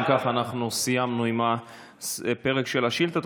אם כך, אנחנו סיימנו עם הפרק של השאילתות.